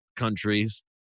countries